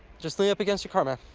just lean up against the car, man.